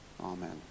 Amen